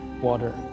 water